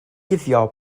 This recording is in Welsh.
guddio